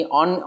on